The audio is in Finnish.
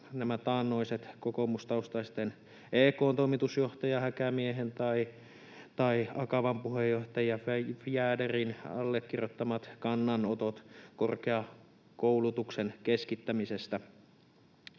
taannoiset kokoomustaustaisten EK:n toimitusjohtaja Häkämiehen tai Akavan puheenjohtaja Fjäderin allekirjoittamat kannanotot korkeakoulutuksen keskittämisestä.